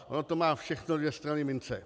Ono to má všechno dvě strany mince.